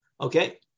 Okay